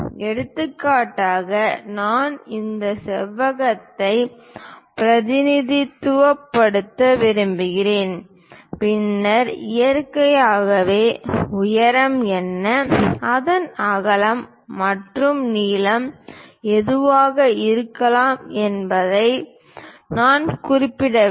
எடுத்துக்காட்டாக நான் இந்த செவ்வகத்தை பிரதிநிதித்துவப்படுத்த விரும்புகிறேன் பின்னர் இயற்கையாகவே உயரம் என்ன அதன் அகலம் மற்றும் நீளம் எதுவாக இருக்கலாம் என்பதை நான் குறிப்பிட வேண்டும்